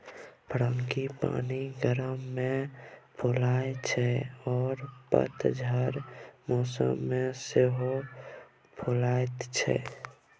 frangipani गर्मी मे फुलाइ छै आ पतझरक मौसम मे सेहो फुलाएत छै